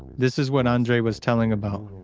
this is what andrei was telling about